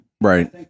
Right